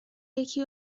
یکی